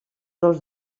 dels